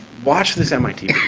watch this mit